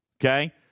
okay